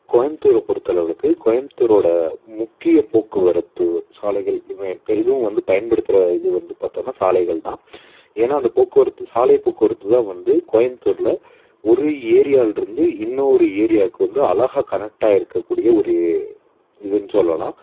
கோயம்புத்தூரை பொருத்த அளவுக்கு கோயம்புத்தூரோடய முக்கிய போக்குவரத்து சாலைகள்மே பெரிதும் வந்து பயன்படுத்துகிற இது வந்து பார்த்தோனா சாலைகள் தான் ஏனால் அந்த போக்குவரத்து சாலை போக்குவரத்து தான் வந்து கோயம்புத்தூரில் ஒரு ஏரியாவில் இருந்து இன்னொரு ஏரியாக்கு வந்து அழகாக கனெக்ட்டாயிருக்கக்கூடிய ஒரு இதுன்னு சொல்லலாம்